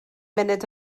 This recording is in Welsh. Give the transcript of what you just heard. munud